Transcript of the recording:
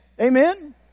Amen